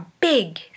big